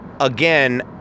again